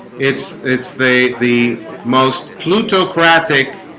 it's it's the the most plutocratic